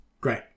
Great